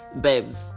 babes